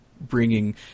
bringing